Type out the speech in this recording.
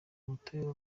ubutabera